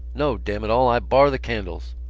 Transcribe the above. no, damn it all, i bar the candles!